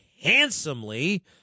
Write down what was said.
handsomely